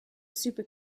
super